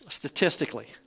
Statistically